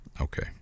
okay